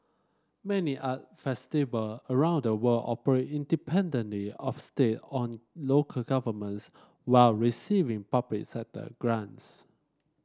many art festival around the world operate independently of state or local governments while receiving public sector grants